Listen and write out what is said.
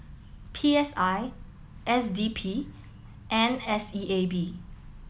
P S I S D P and S E A B